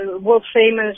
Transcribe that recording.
world-famous